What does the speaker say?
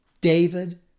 David